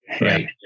Right